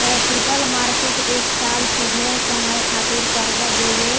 capital market एक साल से ढेर समय खातिर कर्जा देवे